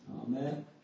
Amen